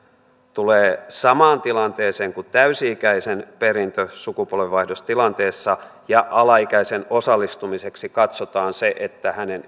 tulee samaan tilanteeseen kuin täysi ikäisen perintö sukupolvenvaihdostilanteessa ja alaikäisen osallistumiseksi katsotaan se että hänen